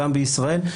גם בישראל,